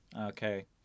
Okay